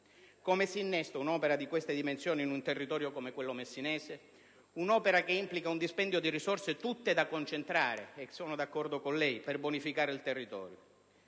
Come si innesta un'opera di tali dimensioni in un territorio come quello messinese? Un'opera che implica un dispendio di risorse che sarebbero tutte da concentrare - sono d'accordo con lei - per bonificare il territorio.